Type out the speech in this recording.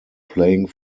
playing